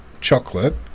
chocolate